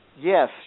yes